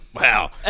Wow